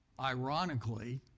ironically